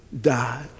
died